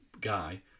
guy